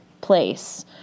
place